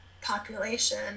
population